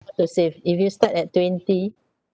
to save if you start at twenty